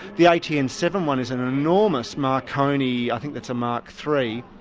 the atn seven one is an enormous marconi. i think that's a mark three,